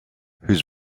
whose